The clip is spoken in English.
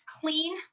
clean